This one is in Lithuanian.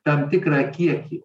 tam tikrą kiekį